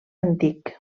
antic